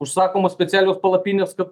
užsakomos specialios palapinės kad